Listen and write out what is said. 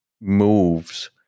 moves